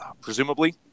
presumably